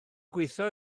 gweithio